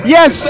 Yes